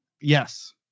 Yes